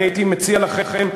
אני הייתי מציע לכם,